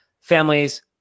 Families